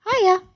Hiya